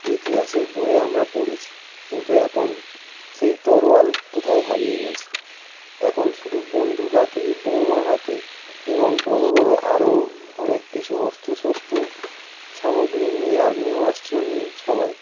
ইতিহাসের বইয়ে আমরা পড়েছি কিন্তু এখন সেই তরোয়াল কোথায় হারিয়ে গেছে এখন শুধু বন্দুক হাতে বোমা হাতে এবং বড় বড় আরও অনেক কিছু অস্ত্র শস্ত্র সামগ্রী নিয়ে আগ্নেয়াস্ত্র নিয়ে সবাই